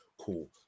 cool